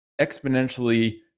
exponentially